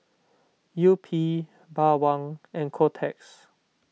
Yupi Bawang and Kotex